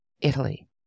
Italy